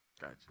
Gotcha